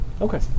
Okay